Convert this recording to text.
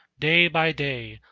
day by day,